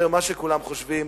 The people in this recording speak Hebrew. יותר ממה שכולם חושבים,